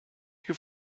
you